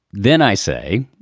then i say,